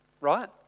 right